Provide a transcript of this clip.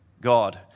God